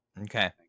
okay